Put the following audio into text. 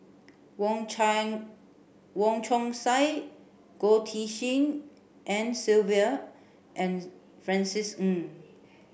Wong Wong Chong Sai Goh Tshin En Sylvia and Francis Ng